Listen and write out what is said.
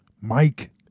Mike